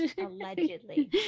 allegedly